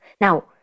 Now